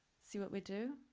see what we do.